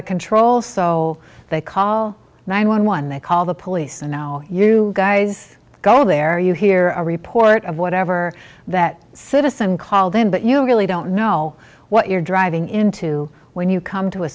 of control so they call nine one one they call the police and now you guys go there you hear a report of whatever that citizen call them but you really don't know what you're driving into when you come to a